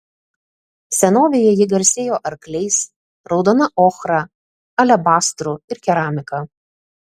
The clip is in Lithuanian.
senovėje ji garsėjo arkliais raudona ochra alebastru ir keramika